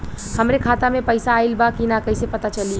हमरे खाता में पैसा ऑइल बा कि ना कैसे पता चली?